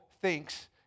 thinks